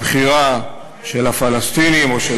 הבחירה של הפלסטינים, או של